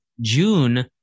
June